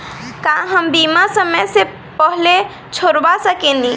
का हम बीमा समय से पहले छोड़वा सकेनी?